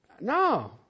No